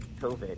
COVID